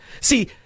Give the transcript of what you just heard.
See